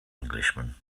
englishman